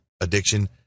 addiction